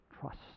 trust